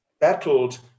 battled